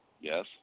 Yes